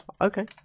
Okay